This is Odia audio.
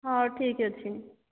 ହଉ ଠିକ୍ଅଛି